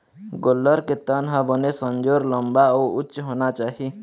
गोल्लर के तन ह बने संजोर, लंबा अउ उच्च होना चाही